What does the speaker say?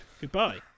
Goodbye